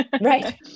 right